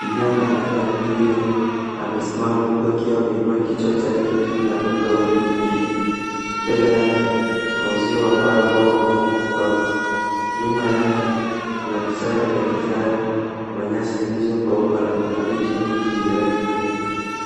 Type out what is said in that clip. Mnyama aina ya twiga amesimama huku akiwa ameinua kichwa chake juu na ametoa ulimi nje. Mbele yake kuna uzio wa mbao ambao umefungwa kamba. Nyuma yake kuna vichaka vya kijani, kuna nyasi zilizokauka na kuna miti mingi mirefu.